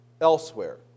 elsewhere